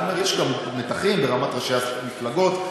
יש גם מתחים ברמת ראשי המפלגות,